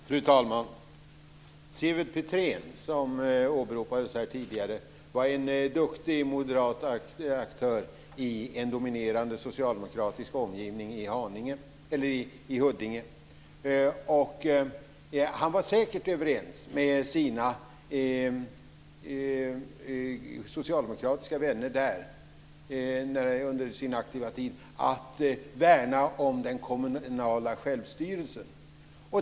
Fru talman! Seved Petrén, som åberopades tidigare, var en duktig moderat aktör i en dominerande socialdemokratisk omgivning i Huddinge. Han var säkert överens med sina socialdemokratiska vänner där under sin aktiva tid om att värna om den kommunala självstyrelsen.